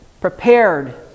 prepared